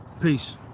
Peace